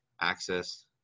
access